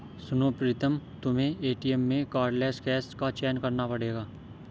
सुनो प्रीतम तुम्हें एटीएम में कार्डलेस कैश का चयन करना पड़ेगा